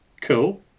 Cool